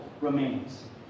remains